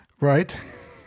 right